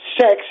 sex